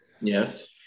Yes